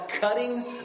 cutting